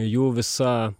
jų visa